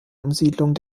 umsiedlung